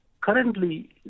Currently